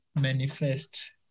manifest